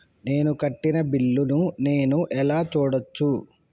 నేను కట్టిన బిల్లు ను నేను ఎలా చూడచ్చు?